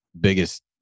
biggest